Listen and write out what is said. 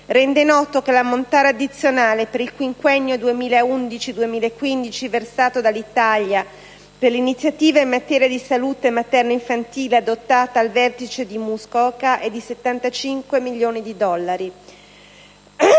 rende noto che l'ammontare addizionale per il quinquennio 2011-2015 versato dall'Italia per l'iniziativa in materia di salute materno-infantile adottata al Vertice di Muskoka, è di 75 milioni di dollari.